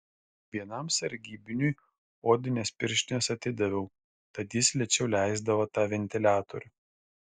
vienam sargybiniui odines pirštines atidaviau tad jis lėčiau leisdavo tą ventiliatorių